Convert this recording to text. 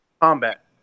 combat